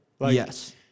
Yes